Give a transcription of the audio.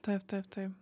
taip taip taip